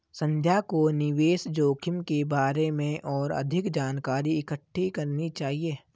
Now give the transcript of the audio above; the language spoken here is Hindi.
संध्या को निवेश जोखिम के बारे में और अधिक जानकारी इकट्ठी करनी चाहिए